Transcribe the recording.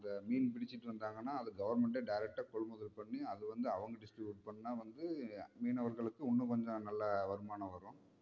அந்த மீன் பிடிச்சிட்டு வந்தாங்கன்னால் அது கவர்மெண்ட்டே டைரக்டா கொள்முதல் பண்ணி அது வந்து அவங்க டிஸ்ட்ரிப்யூட் பண்ணிணா வந்து மீனவர்களுக்கு இன்னும் கொஞ்சம் நல்ல வருமானம் வரும்